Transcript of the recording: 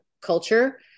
culture